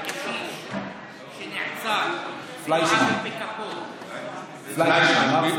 של הקשיש שנעצר ללא עוול בכפו, פליישמן.